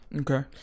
Okay